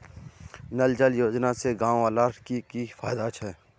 नल जल योजना से गाँव वालार की की फायदा छे?